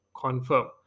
confirm